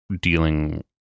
dealing